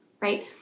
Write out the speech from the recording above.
right